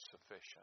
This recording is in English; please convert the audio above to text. sufficient